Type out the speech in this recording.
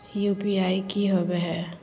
UPI की होबो है?